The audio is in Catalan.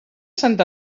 sant